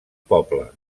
poble